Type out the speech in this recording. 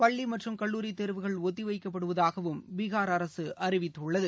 பள்ளிமற்றும் கல்லுாரிதேர்வுகள் ஒத்திவைக்கப்படுவதாகவும் பீகார் அரசுஅறிவித்துள்ளது